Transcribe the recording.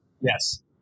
Yes